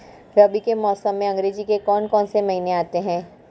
रबी के मौसम में अंग्रेज़ी के कौन कौनसे महीने आते हैं?